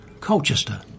Colchester